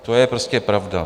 To je prostě pravda.